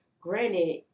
granted